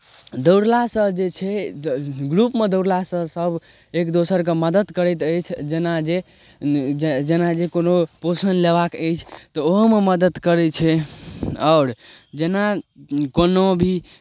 दौड़लासँ जे छै ग्रुपमे दौड़लासँ सभ एक दोसरके मदद करैत अछि जेना जे जेना जे कोनो पोषण लेबाक अछि तऽ ओहोमे मदद करै छै आओर जेना कोनो भी